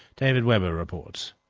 david webber reports.